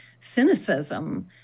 cynicism